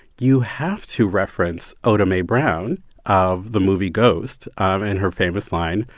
you have to reference oda mae brown of the movie ghost and her famous line,